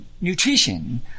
nutrition